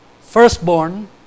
firstborn